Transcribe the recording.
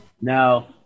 Now